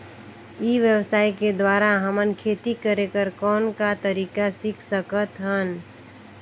ई व्यवसाय के द्वारा हमन खेती करे कर कौन का तरीका सीख सकत हन?